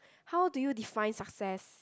how do you define success